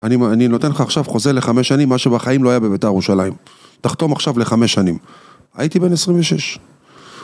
אני נותן לך עכשיו חוזה לחמש שנים מה שבחיים לא היה בבית"ר ירושלים. תחתום עכשיו לחמש שנים. הייתי בן 26.